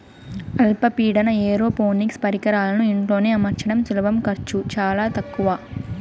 అల్ప పీడన ఏరోపోనిక్స్ పరికరాలను ఇంట్లో అమర్చడం సులభం ఖర్చు చానా తక్కవ